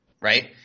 right